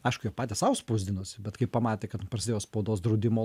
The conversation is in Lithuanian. aišku jie patys sau spausdinosi bet kai pamatė kad prasidėjo spaudos draudimo